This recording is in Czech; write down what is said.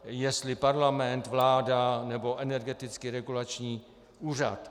Jestli parlament, vláda nebo Energetický regulační úřad?